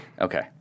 Okay